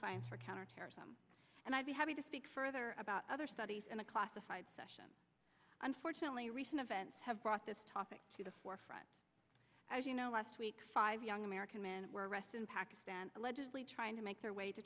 science for counterterrorism and i'd be happy to speak further about other studies in a classified session unfortunately recent events have brought this topic to the forefront as you know last week five young american men were arrested in pakistan allegedly trying to make their way to